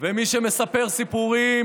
ומי שמספר סיפורים